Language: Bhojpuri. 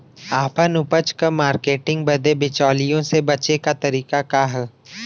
आपन उपज क मार्केटिंग बदे बिचौलियों से बचे क तरीका का ह?